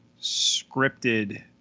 scripted